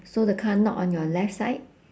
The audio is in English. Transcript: so the car not on your left side